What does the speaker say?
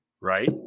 right